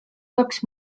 kaks